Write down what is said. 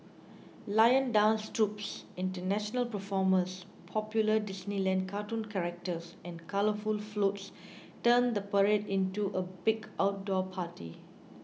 lion dance troupes international performers popular Disneyland cartoon characters and colourful floats turn the parade into a big outdoor party